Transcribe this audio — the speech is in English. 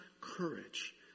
courage